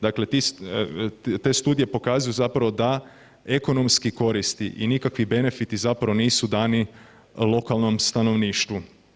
Dakle, te studije pokazuju zapravo da ekonomske koristi i nikakvi benefiti zapravo nisu dani lokalnom stanovništvu.